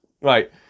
right